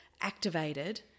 activated